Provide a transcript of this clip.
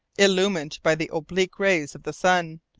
illumined by the oblique rays of the sun,